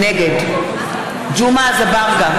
נגד ג'מעה אזברגה,